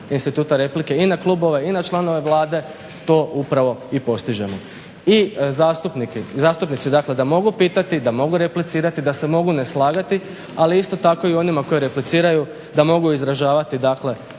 instituta replike i na klubove i na članove Vlade to upravo i postižemo. I zastupnici, dakle da mogu pitati, da mogu replicirati, da se mogu ne slagati ali isto tako i onima koji repliciraju da mogu izražavati dakle